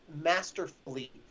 masterfully